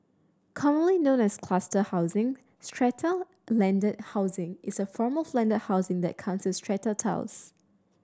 commonly known as cluster housing strata landed housing is a form of landed housing that comes with strata titles